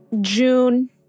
June